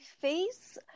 face